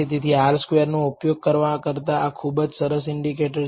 તેથી R square નો ઉપયોગ કરવા કરતા આ ખુબજ સરસ ઇન્ડિકેટર છે